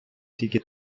тільки